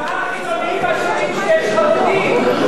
אבל מה החילונים אשמים שיש חרדים?